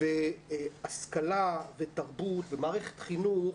השכלה ותרבות, ומערכת חינוך,